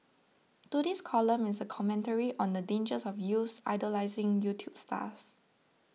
today's column is a commentary on the dangers of youths idolising YouTube stars